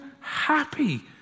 happy